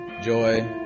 joy